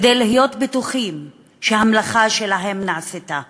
כדי להיות בטוחים שהמלאכה שלהם נעשתה.